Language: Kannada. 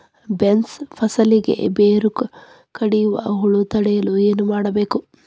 ಬೇನ್ಸ್ ಫಸಲಿಗೆ ಬೇರು ಕಡಿಯುವ ಹುಳು ತಡೆಯಲು ಏನು ಮಾಡಬೇಕು?